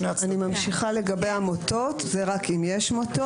אני ממשיכה לגבי המוטות, רק אם יש מוטות.